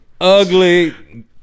ugly